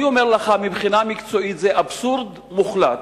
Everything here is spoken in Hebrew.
אני אומר לך שמבחינה מקצועית זה אבסורד מוחלט.